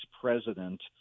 president